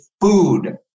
food